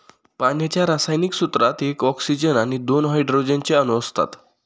पाण्याच्या रासायनिक सूत्रात एक ऑक्सीजन आणि दोन हायड्रोजन चे अणु असतात